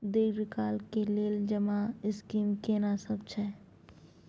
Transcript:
दीर्घ काल के लेल जमा स्कीम केना सब छै?